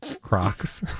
Crocs